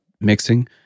mixing